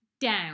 down